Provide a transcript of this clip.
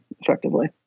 effectively